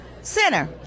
center